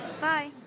Bye